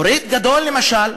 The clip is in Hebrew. פרויקט גדול, למשל,